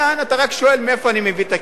אתה רק שואל: מאיפה אני מביא את הכסף,